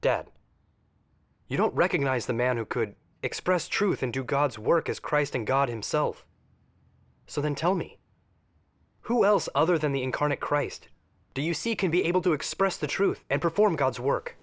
dead you don't recognize the man who could express truth and do god's work as christ and god himself so then tell me who else other than the incarnate christ do you see can be able to express the truth and perform god's work